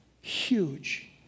huge